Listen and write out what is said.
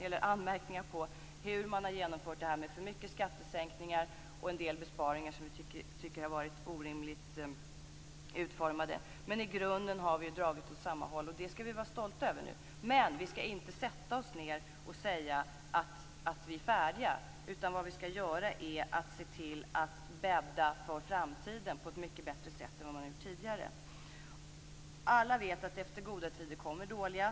Vi har anmärkningar på hur man har genomfört detta med för mycket skattehöjningar och en del besparingar som vi tycker har varit orimligt utformade. Men i grunden har vi dragit åt samma håll, och det skall vi vara stolta över nu. Men vi skall inte sätta oss ned och säga att vi är färdiga, utan vad vi skall göra är att se till att bädda för framtiden på ett mycket bättre sätt än tidigare. Alla vet att efter goda tider kommer dåliga.